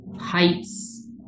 heights